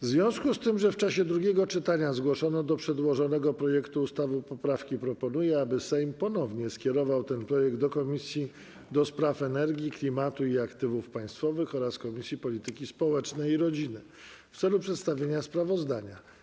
W związku z tym, że w czasie drugiego czytania zgłoszono do przedłożonego projektu ustawy poprawki, proponuję, aby Sejm ponownie skierował ten projekt do Komisji do Spraw Energii, Klimatu i Aktywów Państwowych oraz Komisji Polityki Społecznej i Rodziny w celu przedstawienia sprawozdania.